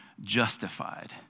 justified